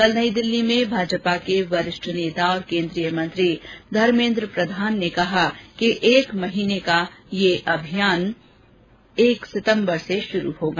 कल नई दिल्ली में भाजपा के वरिष्ठ नेता और केंद्रीय मंत्री धर्मेद्र प्रधान ने कहा कि एक महीने का यह अभियान एक सितम्बर से शुरू होगा